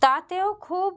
তাতেও খুব